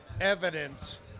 evidence